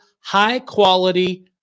high-quality